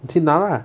你去拿啦